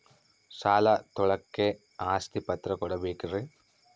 ಸಾಲ ತೋಳಕ್ಕೆ ಆಸ್ತಿ ಪತ್ರ ಕೊಡಬೇಕರಿ?